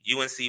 UNC